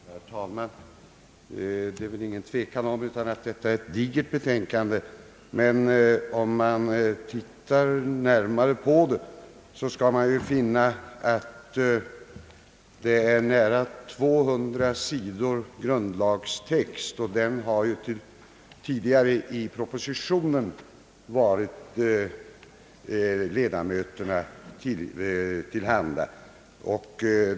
Herr talman! Det råder väl ingen tvekan om att det här gäller ett digert betänkande, men om vi ser närmare på det, skall vi finna att det innehåller nära 200 sidor grundlagstext, som tidigare genom propositionen varit ledamöterna till handa.